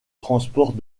transport